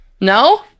no